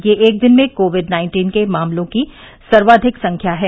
यह एक दिन में कोविड नाइन्टीन के मामलों की सर्वाधिक संख्या है